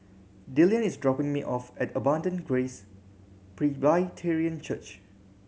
Dillan is dropping me off at Abundant Grace Presbyterian Church